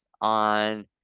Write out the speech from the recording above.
on